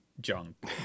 junk